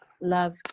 love